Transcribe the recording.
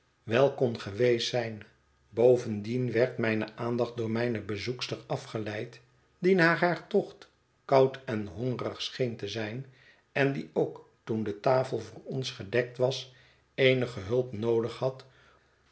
kon geweest zijn bovendien werd mijne aandacht door mijne bezoekster afgeleid die na haar tocht koud en hongerig scheen te zijn en die ook toen de tafel voor ons gedekt was eenige hulp noodig had